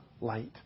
light